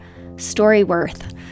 StoryWorth